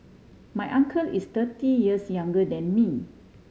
my uncle is thirty years younger than me